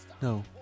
No